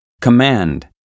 command